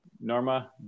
Norma